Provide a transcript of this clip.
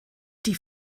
die